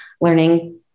learning